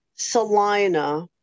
salina